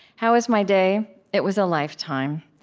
how was my day? it was a lifetime.